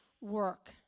work